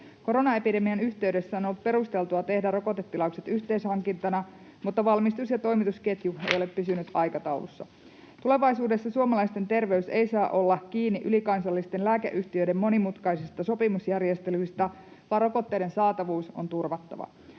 Koronaepidemian yhteydessä on ollut perusteltua tehdä rokotetilaukset yhteishankintana, mutta valmistus ja toimitusketju eivät ole pysyneet aikataulussa. Tulevaisuudessa suomalaisten terveys ei saa olla kiinni ylikansallisten lääkeyhtiöiden monimutkaisista sopimusjärjestelyistä, vaan rokotteiden saatavuus on turvattava.